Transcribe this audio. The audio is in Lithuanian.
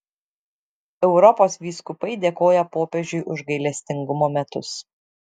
europos vyskupai dėkoja popiežiui už gailestingumo metus